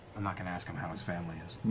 i'm not going to ask him how his family is.